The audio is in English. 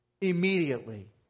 immediately